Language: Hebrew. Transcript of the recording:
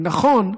כי נכון,